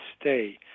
stay